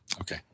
Okay